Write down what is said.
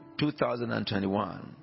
2021